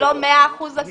אם לא 100 אחוזים,